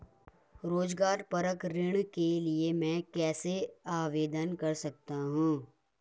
रोज़गार परक ऋण के लिए मैं कैसे आवेदन कर सकतीं हूँ?